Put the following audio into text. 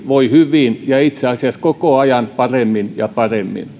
voi hyvin ja itse asiassa koko ajan paremmin ja paremmin